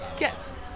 Yes